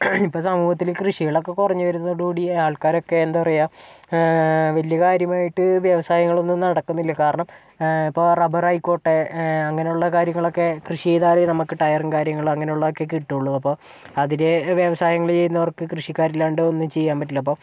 ഇപ്പം സമൂഹത്തിൽ കൃഷികളൊക്കെ കുറഞ്ഞ് വരുന്നതോട് കൂടി ആൾക്കാരൊക്കെ എന്താ പറയുക വലിയ കാര്യമായിട്ട് വ്യവസായങ്ങളൊന്നും നടക്കുന്നില്ല കാരണം ഇപ്പം റബ്ബർ ആയിക്കോട്ടെ അങ്ങനെ ഉള്ള കാര്യങ്ങളൊക്കെ കൃഷി ചെയ്താലാണ് നമുക്ക് ടയറും കാര്യങ്ങളും അങ്ങനെ ഉള്ളതൊക്കെ കിട്ടുകയുള്ളൂ അപ്പോൾ അതിൻ്റെ വ്യവസായങ്ങൾ ചെയ്യുന്നവർക്ക് കൃഷിക്കാരില്ലാണ്ട് ഒന്നും ചെയ്യാൻ പറ്റില്ല അപ്പോൾ